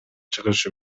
чыгышы